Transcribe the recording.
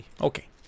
Okay